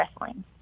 Wrestling